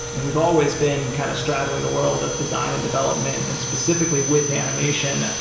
and we've always been kind of straddling the world of design and development and specifically with animation.